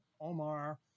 Omar